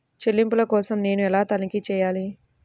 చెల్లింపుల కోసం నేను ఎలా తనిఖీ చేయాలి?